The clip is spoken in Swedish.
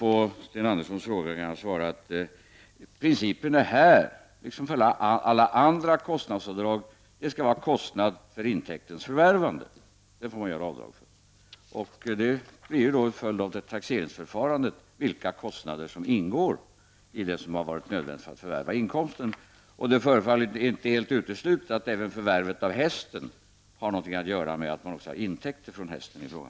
På Sten Anderssons fråga kan jag svara att principen är här, liksom för alla andra kostnadsavdrag, att det skall röra sig om kostnad för intäktens förvärvande. Vilka kostnader som har varit nödvändiga för förvärv av inkomsten blir en följd av taxeringsförfarandet. Det förefaller inte helt uteslutet att förvärv av häst har något att göra med att man får intäkt från hästen i fråga.